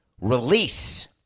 release